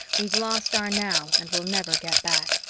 we've lost our now and will never get back,